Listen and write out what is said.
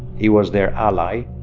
he was their ally.